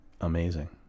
Amazing